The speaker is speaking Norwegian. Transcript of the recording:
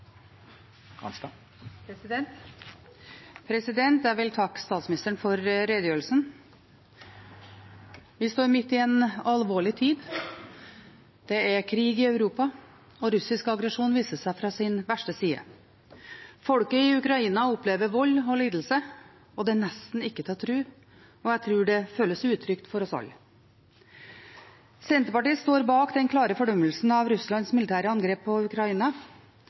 Jeg vil takke statsministeren for redegjørelsen. Vi står midt i en alvorlig tid. Det er krig i Europa, og russisk aggresjon viser seg fra sin verste side. Folket i Ukraina opplever vold og lidelse. Det er nesten ikke til å tro, og jeg tror det føles utrygt for oss alle. Senterpartiet står bak den klare fordømmelsen av Russlands militære angrep på Ukraina.